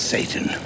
Satan